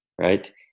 right